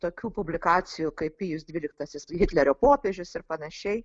tokių publikacijų kaip pijus dvyliktasis hitlerio popiežius ir panašiai